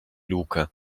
luke